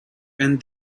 and